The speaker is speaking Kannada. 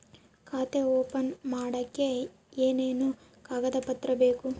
ಖಾತೆ ಓಪನ್ ಮಾಡಕ್ಕೆ ಏನೇನು ಕಾಗದ ಪತ್ರ ಬೇಕು?